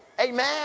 Amen